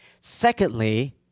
Secondly